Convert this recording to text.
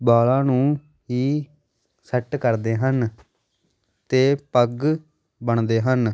ਵਾਲਾਂ ਨੂੰ ਹੀ ਸੈੱਟ ਕਰਦੇ ਹਨ ਅਤੇ ਪੱਗ ਬੰਨਦੇ ਹਨ